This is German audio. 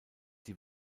die